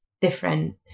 different